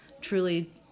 truly